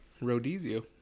Rhodesia